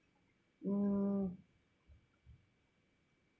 mm